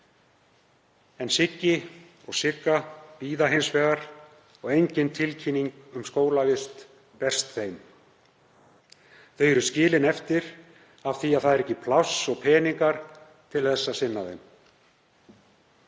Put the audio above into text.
En Siggi og Sigga bíða hins vegar og engin tilkynning um skólavist berst þeim. Þau eru skilin eftir af því að það er ekki pláss og peningar til að sinna þeim.